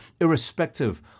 irrespective